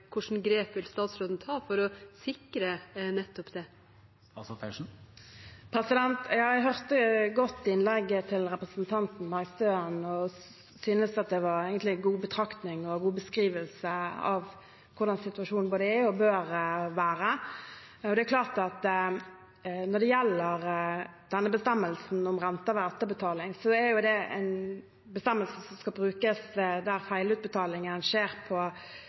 grep vil statsråden ta for å sikre nettopp det? Jeg hørte godt innlegget til representanten Bergstø og synes det var gode betraktninger og en god beskrivelse av hvordan situasjonen både er og bør være. Det er klart at når det gjelder denne bestemmelsen om renter ved etterbetaling, er det en bestemmelse som skal brukes der feilutbetalingen skjer på